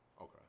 Okay